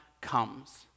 comes